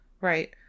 right